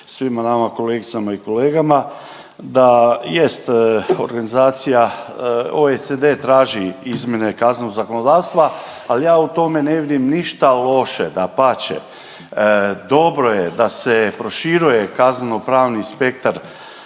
svima nama kolegicama i kolegama da jest organizacija OECD traži izmjene kaznenog zakonodavstva ali ja u tome ne vidim ništa loše, dapače dobro je da se proširuje kazneno pravni spektar